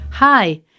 Hi